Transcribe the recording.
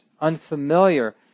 unfamiliar